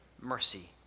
mercy